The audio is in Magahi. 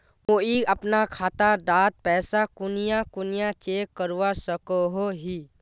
मुई अपना खाता डात पैसा कुनियाँ कुनियाँ चेक करवा सकोहो ही?